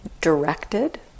directed